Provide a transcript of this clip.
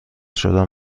شدن